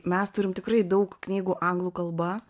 mes turim tikrai daug knygų anglų kalba